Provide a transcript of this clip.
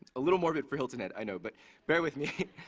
a little morbid for hilton head, i know, but bear with me.